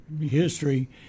history